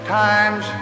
times